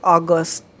August